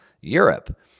Europe